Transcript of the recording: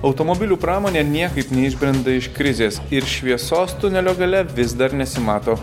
automobilių pramonė niekaip neišbrenda iš krizės ir šviesos tunelio gale vis dar nesimato